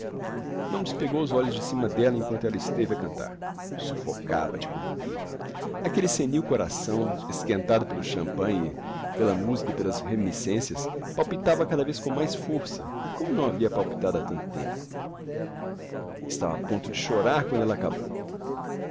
não despegou os olhos de cima d'ella emquanto ella esteve a cantar suffocava de commovido aquelle senil coração esquentado pelo champanhe pela musica e pelas reminiscencias palpitava cada vez com mais força e como não havia palpitado ha tanto tempo estava a ponto de chorar quando ella acabou